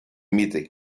mitte